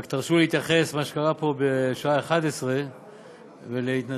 רק תרשו לי להתייחס למה שקרה פה בשעה 11:00 ולהתנצל,